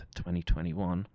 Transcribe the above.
2021